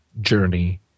journey